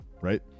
right